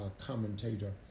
commentator